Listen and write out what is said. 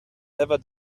never